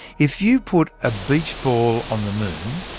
if you put a beach ball on the moon,